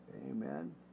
Amen